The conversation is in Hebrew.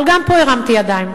אבל גם פה הרמתי ידיים.